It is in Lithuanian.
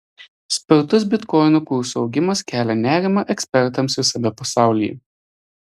spartus bitkoino kurso augimas kelia nerimą ekspertams visame pasaulyje